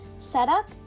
setup